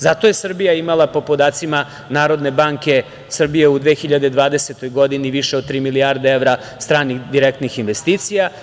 Zato je Srbija imala po podacima Narodne banke Srbije u 2020. godini više od tri milijarde evra stranih direktnih investicija.